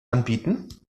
anbieten